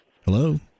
Hello